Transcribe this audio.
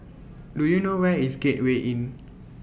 Do YOU know Where IS Gateway Inn